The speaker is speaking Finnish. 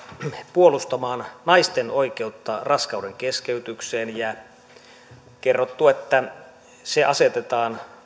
puolustamaan naisten oikeutta raskaudenkeskeytykseen ja on kerrottu että se asetetaan